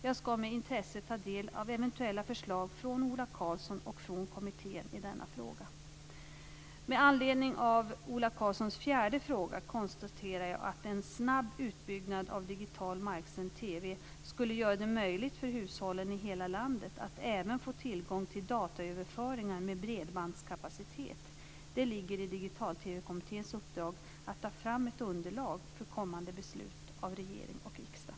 Jag ska med intresse ta del av eventuella förslag från Ola Karlsson och från kommittén i denna fråga. Med anledning av Ola Karlssons fjärde fråga konstaterar jag att en snabb utbyggnad av digital marksänd TV skulle göra det möjligt för hushållen i hela landet att även få tillgång till dataöverföringar med bredbandskapacitet. Det ligger i Digital-TV kommitténs uppdrag att ta fram ett underlag för kommande beslut av regering och riksdag.